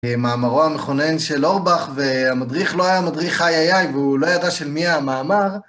במאמרו המכונן של אורבך, והמדריך לא היה מדריך איי-איי, והוא לא ידע של מי המאמר.